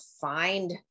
find